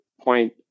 point